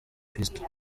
fiston